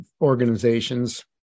organizations